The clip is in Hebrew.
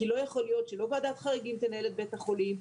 כי לא יכול להיות שלא ועדת חריגים תנהל את בית החולים,